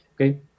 okay